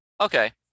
Okay